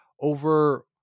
over